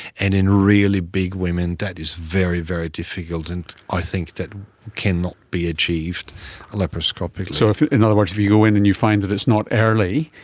and in really big women that is very, very difficult, and i think that cannot be achieved laparoscopically. so in other words if you go in and you find that it's not early,